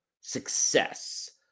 success